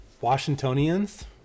Washingtonians